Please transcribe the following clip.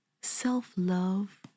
self-love